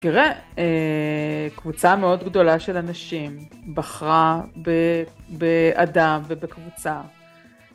תראה, קבוצה מאוד גדולה של אנשים בחרה באדם ובקבוצה.